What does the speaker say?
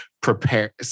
prepare